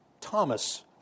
Thomas